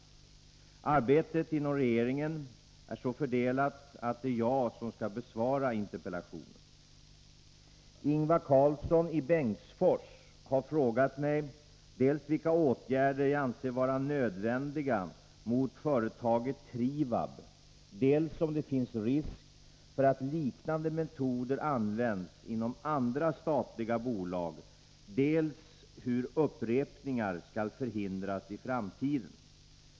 Arbetet inom regeringen är så fördelat att det är jag som skall besvara interpellationen. Ingvar Karlsson i Bengtsfors har frågat mig dels vilka åtgärder jag anser vara nödvändiga mot företaget Trivab, dels om det finns risk för att liknande metoder används inom andra statliga bolag och dels hur upprepningar skall förhindras i framtiden.